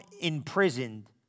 imprisoned